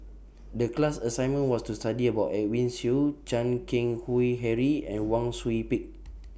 The class assignment was to study about Edwin Siew Chan Keng Howe Harry and Wang Sui Pick